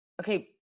Okay